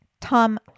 Tom